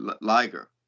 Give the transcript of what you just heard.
Liger